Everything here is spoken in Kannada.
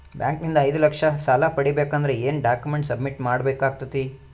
ಬ್ಯಾಂಕ್ ನಿಂದ ಐದು ಲಕ್ಷ ಸಾಲ ಪಡಿಬೇಕು ಅಂದ್ರ ಏನ ಡಾಕ್ಯುಮೆಂಟ್ ಸಬ್ಮಿಟ್ ಮಾಡ ಬೇಕಾಗತೈತಿ?